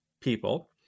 people